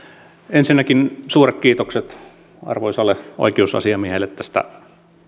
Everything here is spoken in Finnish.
ensinnäkin suuret kiitokset arvoisalle oi keusasiamiehelle tästä